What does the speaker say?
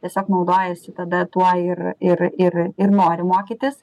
tiesiog naudojasi tada tuo ir ir ir ir nori mokytis